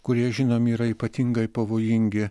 kurie žinom yra ypatingai pavojingi